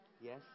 Yes